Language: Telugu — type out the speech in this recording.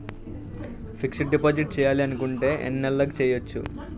ఫిక్సడ్ డిపాజిట్ చేయాలి అనుకుంటే ఎన్నే నెలలకు చేయొచ్చు?